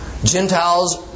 Gentiles